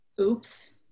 Oops